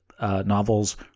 novels